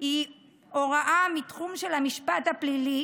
היא הוראה מתחום של המשפט הפלילי"